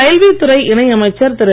railway துறை இணை அமைச்சர் திரு